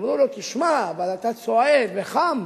ואמרו לו: תשמע, אבל אתה צועד, וחם,